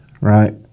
right